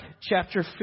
chapter